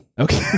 Okay